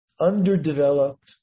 Underdeveloped